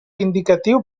indicatiu